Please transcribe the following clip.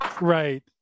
Right